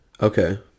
Okay